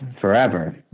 forever